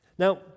Now